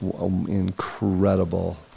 incredible